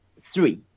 three